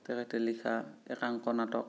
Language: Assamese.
তেখেতে লিখা একাংক নাটক